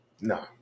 no